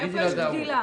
איפה יש גדילה?